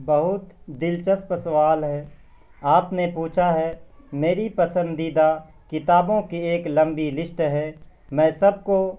بہت دلچسپ سوال ہے آپ نے پوچھا ہے میری پسندیدہ کتابوں کی ایک لمبی لسٹ ہے میں سب کو